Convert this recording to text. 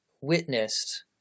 witnessed